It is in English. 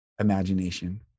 imagination